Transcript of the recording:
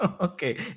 Okay